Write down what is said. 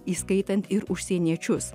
įskaitant ir užsieniečius